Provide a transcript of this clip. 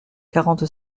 quarante